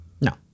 no